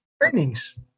earnings